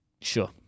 sure